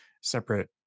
separate